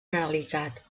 generalitzat